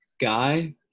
Guy